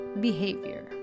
behavior